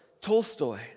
Tolstoy